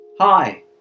Hi